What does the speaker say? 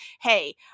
hey